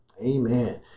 Amen